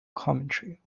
commentary